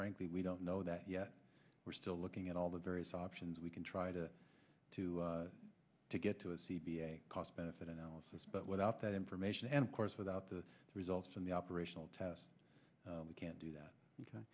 frankly we don't know that yet we're still looking at all the various options we can try to to to get to a cost benefit analysis but without that information and of course without the results from the operational test we can't do that